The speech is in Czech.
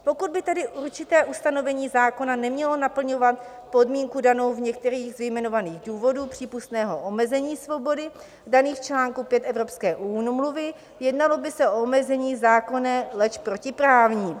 Pokud by tedy určité ustanovení zákona nemělo naplňovat podmínku danou v některých z jmenovaných důvodů přípustného omezení svobody daných v čl. 5 evropské úmluvy, jednalo by se o omezení zákonné, leč protiprávní.